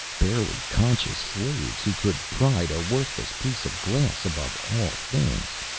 barely conscious slaves, who could pride a worthless piece of glass above all things.